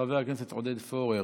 חבר הכנסת עודד פורר,